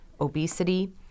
obesity